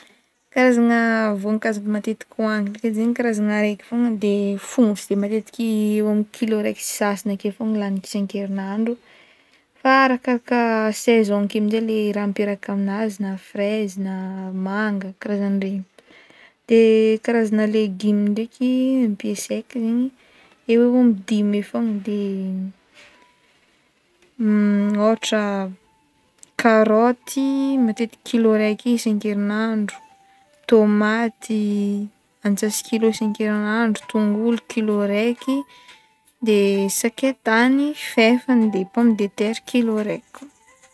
Karazagna voankazo matetiky hoaniko edy zegny karazagna araiky fogna de fontsy de matetiky eo aminy kilo araiky sy sasany akeo fogna lagniko isankerinandro fa arakaraka saison akeo amzay le raha ampiaraka amnazy na frezy na manga, karazany regny de karazagna legume ndraiky ampiasaiky zegny eo aminy dimy eo fogna de de ôhatra karoty matetiky kilo araiky isankerinandro tomaty atsasan-kilo isankerinandro tongolo kilo araiky de sakaitany fefany de pomme de terre kilo araiky koa.